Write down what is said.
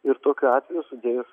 ir tokiu atveju sudėjus